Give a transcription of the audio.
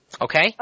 Okay